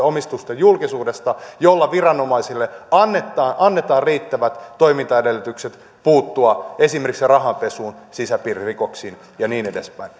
omistusten julkisuudesta säätämiseen jolla viranomaisille annetaan riittävät toimintaedellytykset puuttua esimerkiksi rahanpesuun sisäpiiririkoksiin ja niin edespäin